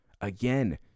Again